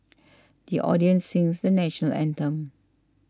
the audience sings the National Anthem